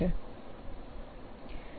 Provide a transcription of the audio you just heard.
Energy Flowc